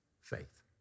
faith